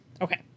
Okay